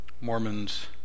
Mormons